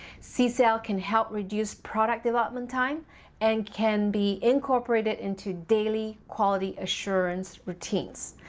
c-cell can help reduce product development time and can be incorporated into daily quality assurance routines.